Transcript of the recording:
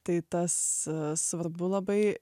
tai tas svarbu labai